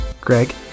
Greg